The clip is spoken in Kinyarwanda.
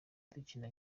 dukina